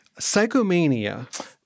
Psychomania